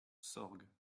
sorgues